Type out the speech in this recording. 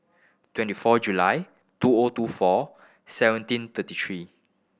twenty four July two O two four seventeen thirty three